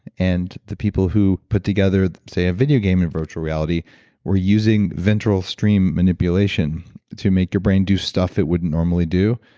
and the people who put together say a video game or and virtual reality were using ventral stream manipulation to make your brain do stuff that wouldn't normally do.